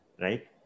right